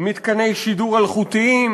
מתקני שידור אלחוטיים,